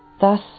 Thus